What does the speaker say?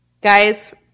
Guys